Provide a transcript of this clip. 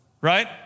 Right